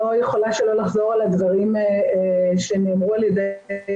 יכולה שלא לחזור על הדברים שנאמרו על ידי